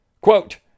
Quote